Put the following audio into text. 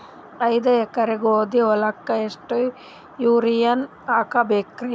ಐದ ಎಕರಿ ಗೋಧಿ ಹೊಲಕ್ಕ ಎಷ್ಟ ಯೂರಿಯಹಾಕಬೆಕ್ರಿ?